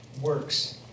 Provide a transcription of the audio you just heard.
works